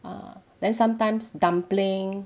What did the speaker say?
err then sometimes dumpling